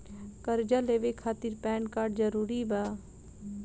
कर्जा लेवे खातिर पैन कार्ड जरूरी बा?